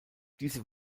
diese